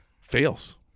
fails